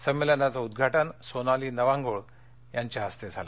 संमेलनाचं उद्घाटन सोनाली नवांगुळ यांच्या हस्ते झालं